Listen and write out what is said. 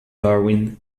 darwin